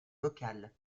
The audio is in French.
vocale